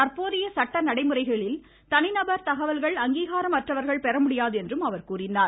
தற்போதைய சட்ட நடைமுறைகளில் தனிநபர் தகவல்கள் அங்கீகாரம் அற்றவர்கள் பெறமுடியாது என்றும் கூறினார்